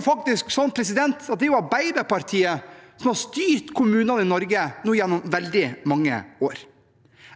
faktisk Arbeiderpartiet som har styrt kommunene i Norge gjennom veldig mange år nå.